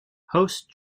host